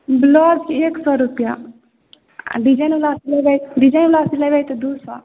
ब्लाउजके एक सए रुपआ आ डिजाइनबला सिलेबै डिजाइनबला सिलैबै तऽ दू सए